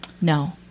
no